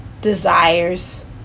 Desires